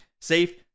Safe